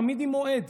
תמיד עם מועד,